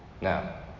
Now